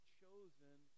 chosen